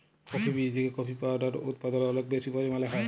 coffee বীজ থেকে coffee powder উদপাদল অলেক বেশি পরিমালে হ্যয়